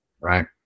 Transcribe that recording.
right